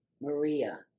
Maria